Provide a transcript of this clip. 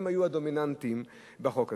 הם היו הדומיננטיים בחוק הזה.